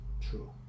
true